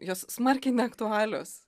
jos smarkiai neaktualios